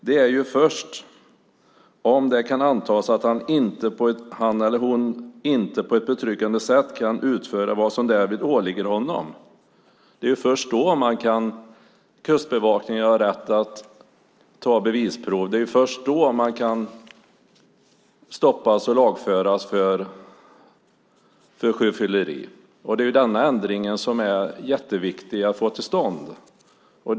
Det är först om det kan antas att han eller hon inte på ett betryggande sätt kan utföra vad som därvid åligger honom eller henne som Kustbevakningen har rätt att ta bevisprov. Det är först då man kan stoppas och lagföras för sjöfylleri. Det är jätteviktigt att få en ändring till stånd.